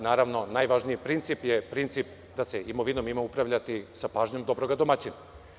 Naravno, najvažniji princip je, princip da se imovinom ima upravljati sa pažnjom dobroga domaćina.